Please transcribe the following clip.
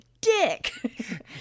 dick